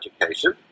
education